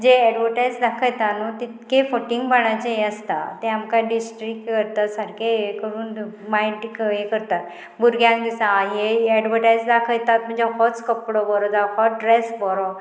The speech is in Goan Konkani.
जे एडवटायज दाखयता न्हू तितके फटींगपणाचे हे आसता ते आमकां डिस्ट्रीक्ट करता सारके हे करून मायट हे करतात भुरग्यांक दिसा हे एडवटायज दाखयतात म्हणजे होच कपडो बरो जावप हो ड्रेस बरो